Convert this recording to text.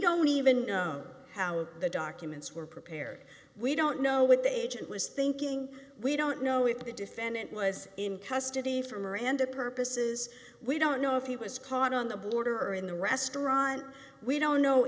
don't even know how the documents were prepared we don't know what the agent was thinking we don't know if the defendant was in custody for miranda purposes we don't know if he was caught on the border or in the restaurant we don't know